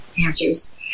answers